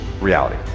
reality